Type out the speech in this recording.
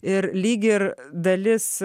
ir lyg ir dalis